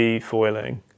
foiling